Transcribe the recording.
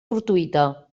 fortuïta